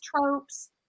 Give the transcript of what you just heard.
tropes